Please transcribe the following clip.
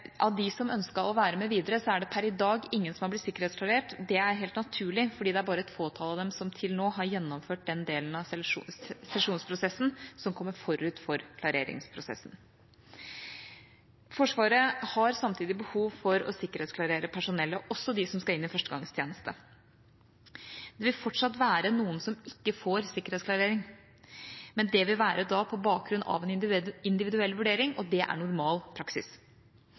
også de som skal inn i førstegangstjeneste. Det vil fortsatt være noen som ikke får sikkerhetsklarering, men det vil da være på bakgrunn av en individuell vurdering, og det er normal praksis.